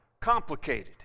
complicated